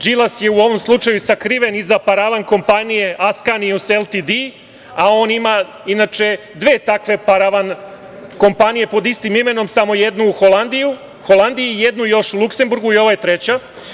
Đilas je u ovom slučaju sakriven iza paravan kompanije „Askanijus ltd“, a on ima inače dve takve paravan kompanije pod istim imenom, samo jednu u Holandiji, a jednu još u Luksemburgu, i ovo je treća.